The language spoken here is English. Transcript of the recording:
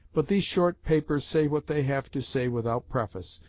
but these short papers say what they have to say without preface,